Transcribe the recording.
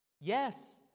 Yes